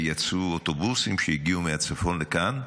ויצאו אוטובוסים שהגיעו מהצפון לכאן.